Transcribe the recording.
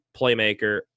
playmaker